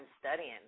studying